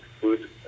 food